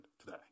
today